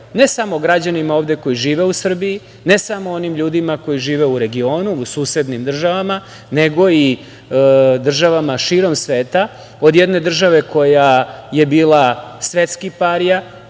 ne samo građanima ovde koji žive u Srbiji, ne samo onim ljudima koji žive u regionu u susednim državama, nego i državama širom sveta. Od jedne države koja je bila svetski parija,